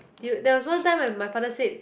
you there was one time when my father said